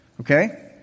Okay